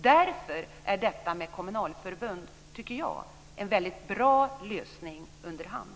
Därför är detta med kommunalförbund, tycker jag, en väldigt bra lösning underhand.